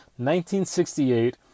1968